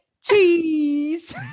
Cheese